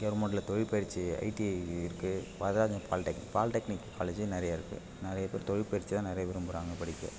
கவர்மெண்டில் தொழிற் பயிற்சி ஐடிஐ இருக்குது பாலிடெக்னிக் பாலிடெக்னிக் காலேஜும் நிறைய இருக்குது நிறைய பேர் தொழிற்பயிற்சி தான் நிறைய விரும்புகிறாங்க படிக்க